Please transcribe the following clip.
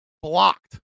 blocked